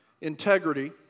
integrity